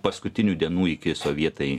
paskutinių dienų iki sovietai